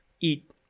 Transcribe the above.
eat